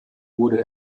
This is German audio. wurde